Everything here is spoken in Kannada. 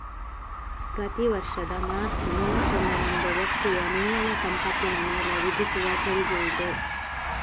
ಪ್ರತಿ ವರ್ಷದ ಮಾರ್ಚ್ ಮೂವತ್ತೊಂದರಂದು ವ್ಯಕ್ತಿಯ ನಿವ್ವಳ ಸಂಪತ್ತಿನ ಮೇಲೆ ವಿಧಿಸುವ ತೆರಿಗೆಯಿದೆ